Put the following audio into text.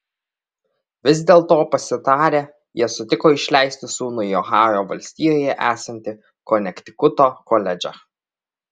vis dėlto pasitarę jie sutiko išleisti sūnų į ohajo valstijoje esantį konektikuto koledžą